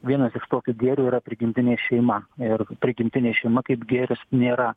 vienas iš tokių gėrių yra prigimtinė šeima ir prigimtinė šeima kaip gėris nėra